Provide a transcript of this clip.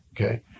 Okay